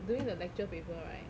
doing the lecture paper right